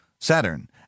Saturn